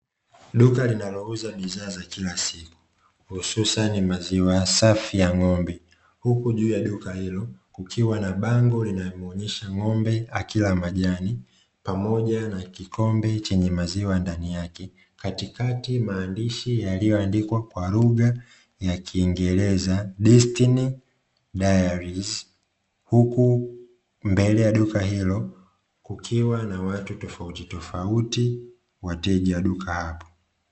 Duka linalouza bidhaa za kila siku hususani maziwa safi ya ng'ombe huku juu ya duka hilo kukiwa na bango linalomwonyesha ng'ombe akila majani pamoja na kikombe chenye maziwa ndani yake, katikati maandishi yaliyoandikwa kwa lugha ya kiingereza "destiny dairies", huku mbele ya duka hilo kukiwa na watu tofauti tofauti wateja duka hapo.